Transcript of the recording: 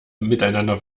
miteinander